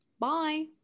Bye